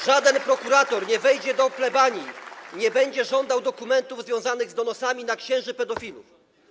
Żaden prokurator nie wejdzie do plebanii i nie będzie żądał dokumentów związanych z donosami na księży pedofilów.